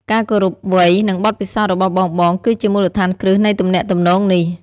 ការគោរពវ័យ និងបទពិសោធន៍របស់បងៗ គឺជាមូលដ្ឋានគ្រឹះនៃទំនាក់ទំនងនេះ។